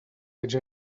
veig